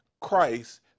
Christ